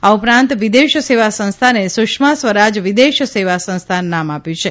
આ ઉપરાંત વિદેશ સેવા સંસ્થાને સુષ્મા સ્વરાજ વિદેશ સેવા સંસ્થાન નામ આપ્યું છે